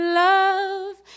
love